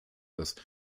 das